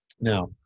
now